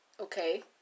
okay